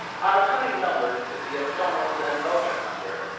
our coming number is to be a plumbers' and motor number.